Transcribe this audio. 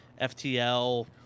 FTL